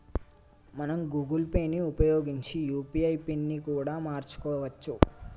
మనం Google Pay ని ఉపయోగించి యూ.పీ.ఐ పిన్ ని కూడా మార్చుకోవచ్చు